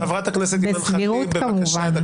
בצניעות כמובן.